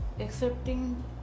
accepting